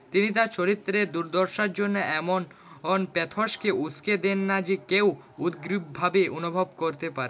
তিনি তার চরিত্রের দুর্দশার জন্য এমন প্যাথোসকে উস্কে দেন না যে কেউ উদগ্রীবভাবে অনুভব করতে পারে